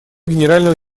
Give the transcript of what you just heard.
генерального